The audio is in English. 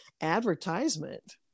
advertisement